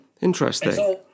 Interesting